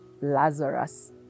Lazarus